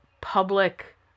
public